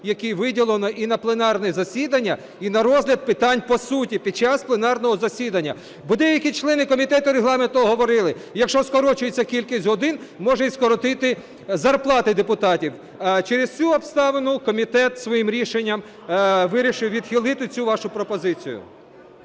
який виділено і на пленарні засідання, і на розгляд питань по суті під час пленарного засідання. Бо деякі члени Комітету регламентного говорили, якщо скорочується кількість годин, можна й скоротити зарплати депутатів. Через цю обставину комітет своїм рішенням вирішив відхилити цю вашу пропозицію.